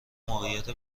موقعیت